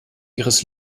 ihres